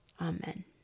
Amen